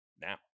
now